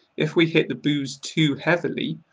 if we hit the booze too heavily,